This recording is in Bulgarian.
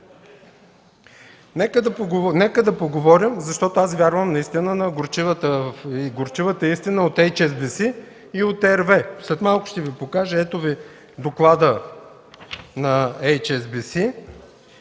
Нека да поговорим, защото аз вярвам на горчивата истина от НSВС и от RWE. След малко ще Ви покажа. Ето Ви доклада на НSBC.